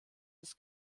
das